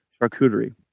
charcuterie